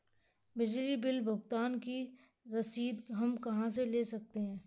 बिजली बिल भुगतान की रसीद हम कहां से ले सकते हैं?